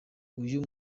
uyu